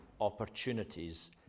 opportunities